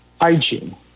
hygiene